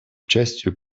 участию